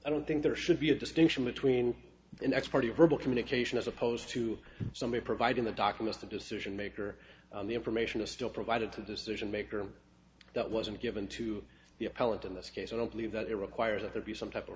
i don't think there should be a distinction between an ex party verbal communication as opposed to somebody providing the documents the decision maker the information is still provided to decision maker that wasn't given to the appellate in this case i don't believe that it requires that there be some type of